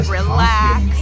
relax